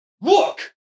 look